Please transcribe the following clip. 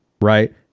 right